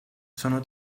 sono